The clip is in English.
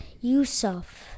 Yusuf